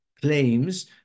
claims